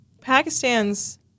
Pakistan's